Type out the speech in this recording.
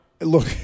Look